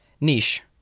Niche